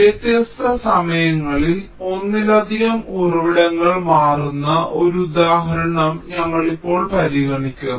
വ്യത്യസ്ത സമയങ്ങളിൽ ഒന്നിലധികം ഉറവിടങ്ങൾ മാറുന്ന ഒരു ഉദാഹരണം ഞങ്ങൾ ഇപ്പോൾ പരിഗണിക്കും